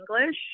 English